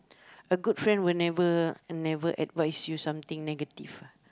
a good friend will never never advise you something negative